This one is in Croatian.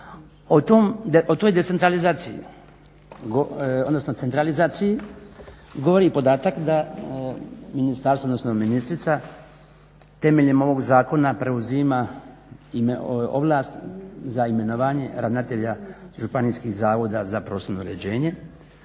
odnosno centralizaciji govori podatak da ministarstvo odnosno ministrica temeljem ovog zakona preuzima ima ovlasti za imenovanje ravnatelja županijskih zavoda za prostorno uređenje.